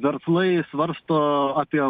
verslai svarsto apie